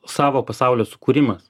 savo pasaulio sukūrimas